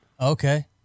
Okay